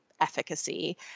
efficacy